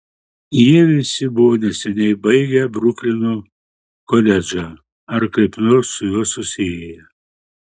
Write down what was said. jie visi buvo neseniai baigę bruklino koledžą ar kaip nors su juo susiję